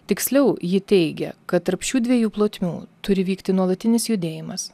tiksliau ji teigia kad tarp šių dviejų plotmių turi vykti nuolatinis judėjimas